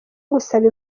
gusaba